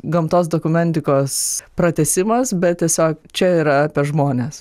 gamtos dokumentikos pratęsimas bet tiesiog čia yra apie žmones